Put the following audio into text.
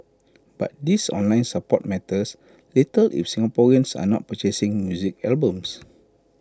but this online support matters little if Singaporeans are not purchasing music albums